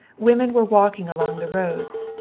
women were walking along the roads.